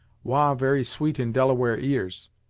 wah very sweet in delaware ears!